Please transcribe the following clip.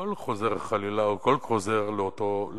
והכול חוזר חלילה לאותו עניין.